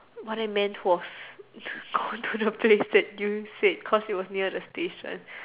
what I meant was we can go to the place drew said cause it was near the station